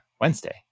Wednesday